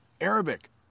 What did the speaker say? Arabic